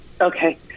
Okay